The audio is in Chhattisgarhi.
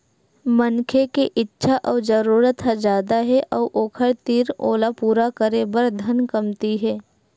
मनखे के इच्छा अउ जरूरत ह जादा हे अउ ओखर तीर ओला पूरा करे बर धन कमती हे